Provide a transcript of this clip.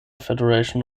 federation